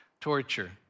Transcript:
torture